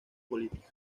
político